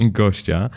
gościa